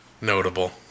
notable